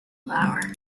flower